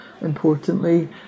importantly